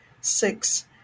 six